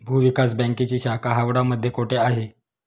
भूविकास बँकेची शाखा हावडा मध्ये कोठे आहे?